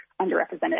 underrepresented